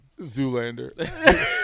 Zoolander